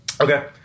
Okay